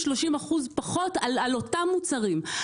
30%-20% פחות על אותם מוצרים.